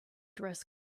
dress